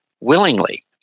willingly